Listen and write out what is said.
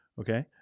Okay